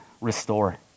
restore